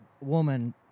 woman